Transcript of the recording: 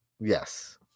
Yes